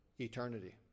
eternity